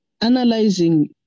analyzing